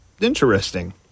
interesting